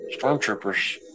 stormtroopers